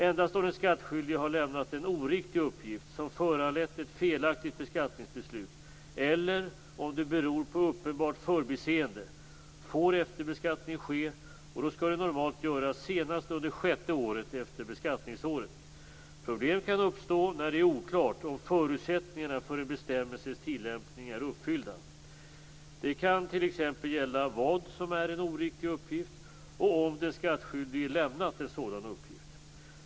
Endast om den skattskyldige har lämnat en oriktig uppgift som föranlett ett felaktigt beskattningsbeslut eller om det beror på uppenbart förbiseende får efterbeskattning ske, och då skall det normalt göras senast under sjätte året efter beskattningsåret. Problem kan uppstå när det är oklart om förutsättningarna för en bestämmelses tillämpning är uppfyllda. Det kan t.ex. gälla vad som är en oriktig uppgift och om den skattskyldige lämnat en sådan uppgift.